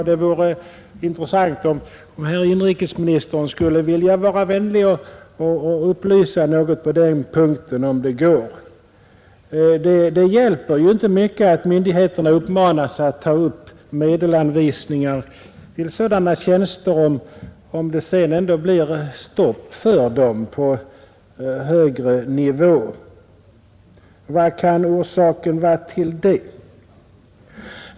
Det vore intressant om herr inrikesministern ville vara vänlig att lämna några upplysningar på den punkten, om det går. Det hjälper ju inte mycket att myndigheterna uppmanas att ta upp medelsanvisningar till sådana tjänster, om det sedan ändå blir stopp för dem på högre nivå. Vad kan orsaken till det vara?